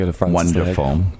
wonderful